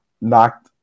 knocked